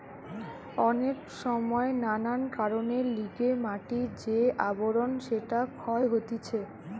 অনেক সময় নানান কারণের লিগে মাটির যে আবরণ সেটা ক্ষয় হতিছে